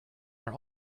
are